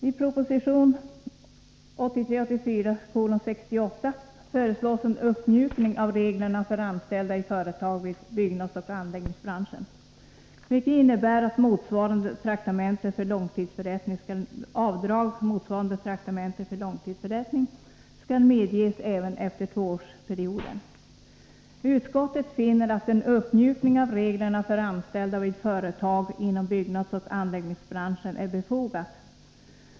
I proposition 1983/84:68 föreslås en uppmjukning av reglerna för anställda i företag i byggnadsoch anläggningsbranschen, vilket innebär att avdrag motsvarande traktamente för långtidsförrättning skall medges även efter tvåårsperioden. Utskottet finner att en uppmjukning av reglerna för anställda vid företag inom byggnadsoch anläggningsbranschen är befogad.